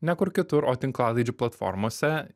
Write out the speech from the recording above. ne kur kitur o tinklalaidžių platformose